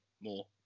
more